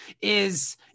is-